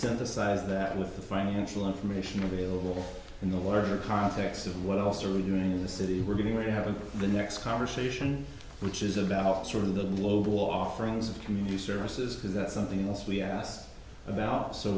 synthesize that with the financial information available in the larger context of what else are we doing in the city we're going to have in the next conversation which is about sort of the global walk friends of community services because that's something else we asked about so